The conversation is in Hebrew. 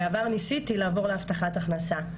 בעבר ניסיתי לעבור להבטחת הכנסה,